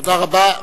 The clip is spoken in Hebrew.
תודה רבה.